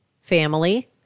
Family